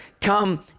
come